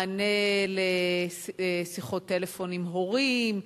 מענה לשיחות טלפון עם הורים,